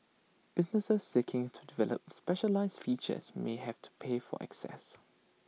businesses seeking to develop specialised features may have to pay for access